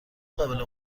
قابل